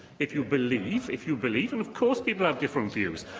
if you believe, if you believe. and of course people have different views,